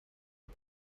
are